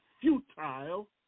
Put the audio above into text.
futile